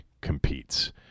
competes